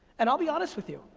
and i'll be honest with you,